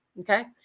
Okay